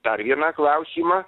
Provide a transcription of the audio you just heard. dar vieną klausimą